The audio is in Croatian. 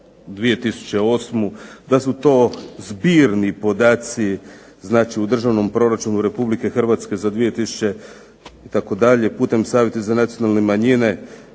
da su to zbirni podaci znači u državnom proračunu Republike Hrvatske za 2000. itd. putem Savjeta za nacionalne manjine